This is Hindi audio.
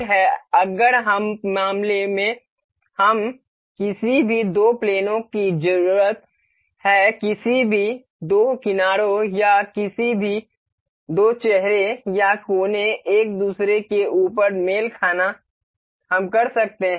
कोइन्सिडेंट मेट है अगर हम मामले में हम किसी भी दो प्लेनों की जरूरत है किसी भी दो किनारों या किसी भी दो चेहरे या कोने एक दूसरे के ऊपर मेल खाना हम कर सकते हैं